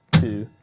two,